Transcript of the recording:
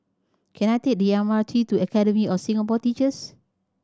can I take the M R T to Academy of Singapore Teachers